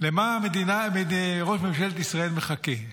למה המדינה, ראש ממשלת ישראל מחכה?